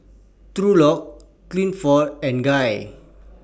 Thurlow Clifford and Guy